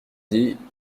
dit